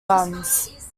guns